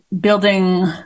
building